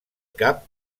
cap